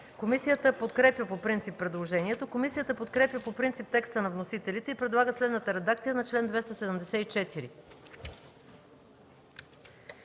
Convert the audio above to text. Комисията подкрепя по принцип предложението. Комисията подкрепя по принцип текста на вносителите и предлага следната редакция на чл.